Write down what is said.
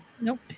nope